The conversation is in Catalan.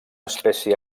espècie